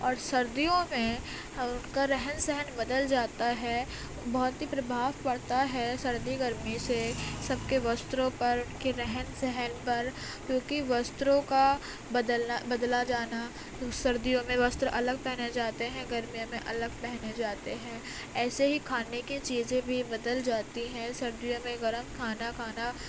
اور سردیوں میں ان کا رہن سہن بدل جاتا ہے بہت ہی پربھاؤ پڑتا ہے سردی گرمی سے سب کے وستروں پر ان کے رہن سہن پر کیوںکہ وستروں کا بدلنا بدلا جانا سردیوں میں وستر الگ پہنے جاتے ہیں گرمیوں میں الگ پہنے جاتے ہیں ایسے ہی کھانے کے چیزیں بھی بدل جاتی ہیں سردیوں میں گرم کھانا کھانا